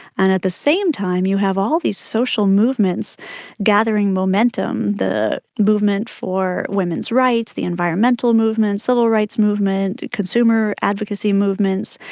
and at the same time you have all of these social movements gathering momentum, the movement for women's rights, the environmental movement, civil rights movement, consumer advocacy movements,